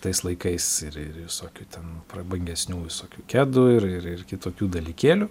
tais laikais ir ir visokių ten prabangesnių visokių kedų ir ir kitokių dalykėlių